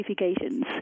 notifications